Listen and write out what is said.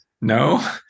No